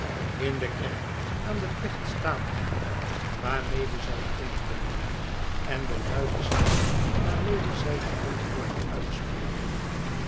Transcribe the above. in de kerk aan de plechtstatigheid waarmede zij inkomen en de luide stem waarmede zij de antwoorden uitspreken